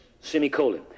Semicolon